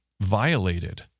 violated